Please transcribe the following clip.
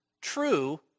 true